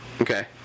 Okay